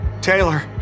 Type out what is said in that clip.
Taylor